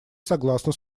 согласна